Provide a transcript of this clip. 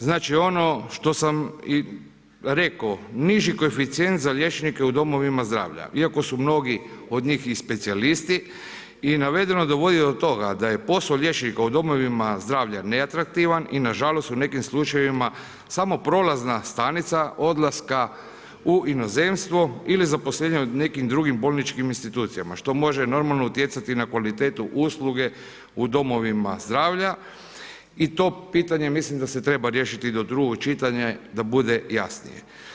Znači ono što sam i rekao, niži koeficijent za liječnike u domovima zdravlja, iako su mnogi od njih i specijalisti i navedeno da … da je posao liječnika u domovima zdravlja neatraktivan i nažalost u nekim slučajevima samo prolazna stanica odlaska u inozemstvo ili zaposlenja u nekim drugim bolničkim institucijama što može normalno utjecati na kvalitetu usluge u domovima zdravlja i to pitanje mislim da se treba riješiti do drugog čitanja da bude jasnije.